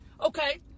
Okay